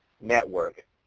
network